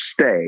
stay